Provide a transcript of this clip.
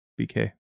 BK